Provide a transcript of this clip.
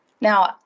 Now